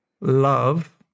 love